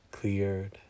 cleared